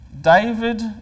David